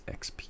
xp